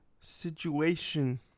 situation